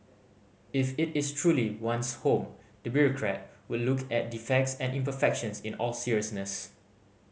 if it is truly one's home the bureaucrat would look at defects and imperfections in all seriousness